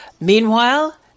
Meanwhile